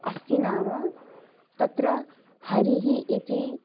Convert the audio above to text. अस्ति नाम तत्र हरिः इति